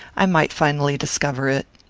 i might finally discover it.